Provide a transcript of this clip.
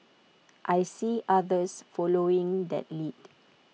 I see others following that lead